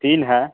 तीन है